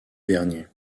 dernier